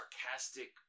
sarcastic